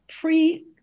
pre